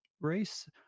race